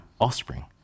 offspring